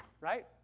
Right